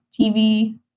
TV